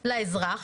שהכרחית לאזרח,